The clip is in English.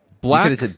Black